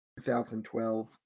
2012